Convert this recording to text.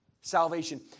Salvation